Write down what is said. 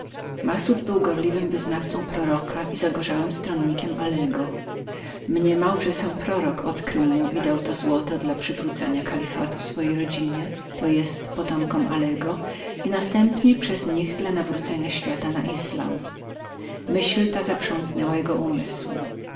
massud był gorliwym wyznawcą proroka i zagorzałym stronnikiem alego mniemał że sam prorok odkrył mu i dał to złoto dla powrócenia kalifatu jego rodzinie to jest potomkom alego i następnie przez nich dla nawrócenia świata na islamizm myśl ta zaprzątnęła jego umysł